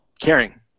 caring